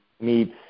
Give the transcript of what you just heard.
meets